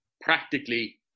practically